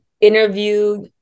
interview